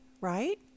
right